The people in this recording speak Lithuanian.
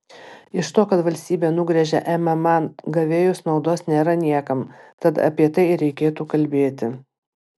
iš to kad valstybė nugręžia mma gavėjus naudos nėra niekam tad apie tai ir reikėtų kalbėti